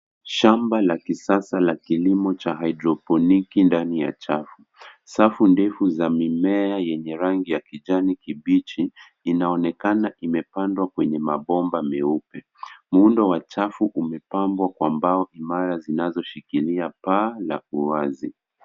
Shamba la kisasa la kilimo cha hydroponic ndani ya chafu. Safu ndefu za mimea yenye rangi ya kijani kibichi inaonekana imepandwa kwenye mabomba meupe. Muundo wa chafu umepambwa kwa mbao imara zinazoshikilia paa la uwazi.